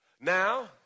Now